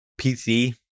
pc